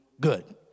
good